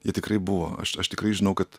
jie tikrai buvo aš aš tikrai žinau kad